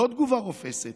לא תגובה רופסת,